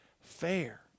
fair